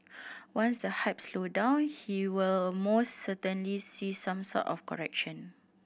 once the hype slow down he will most certainly see some sort of correction